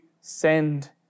send